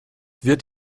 wird